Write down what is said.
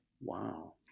Wow